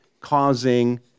causing